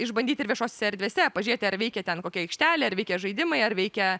išbandyti ir viešose erdvėse pažiūrėti ar veikia ten kokia aikštelė ar veikia žaidimai ar veikia